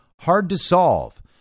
hard-to-solve